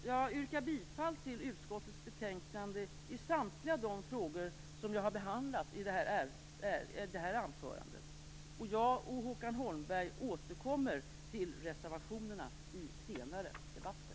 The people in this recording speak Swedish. Jag yrkar på godkännande av utskottets anmälan i samtliga de frågor som jag har behandlat i det här anförandet. Jag och Håkan Holmberg återkommer till reservationerna senare i debatten.